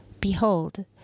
behold